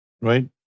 Right